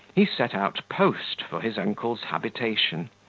he set out post for his uncle's habitation,